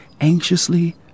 anxiously